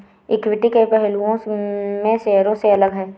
equity कई पहलुओं में शेयरों से अलग है